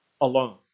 alone